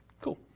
cool